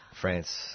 France